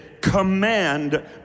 command